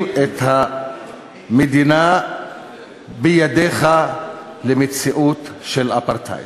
את המדינה בידיך למציאות של אפרטהייד.